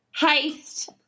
heist